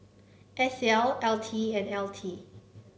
S L L T and L T